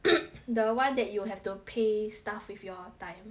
the one that you have to pay stuff with your time